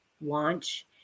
launch